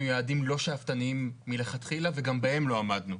יעדים לא שאפתניים מלכתחילה וגם בהם לא עמדנו.